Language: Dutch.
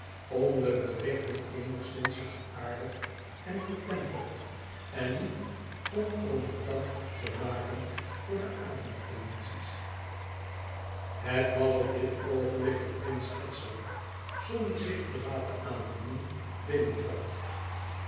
om de berichten eenigszins zachtaardig en getemperd en niet compromettant te maken voor de avond edities het was op dit oogenblik dat prins edzard zonder zich te laten aandienen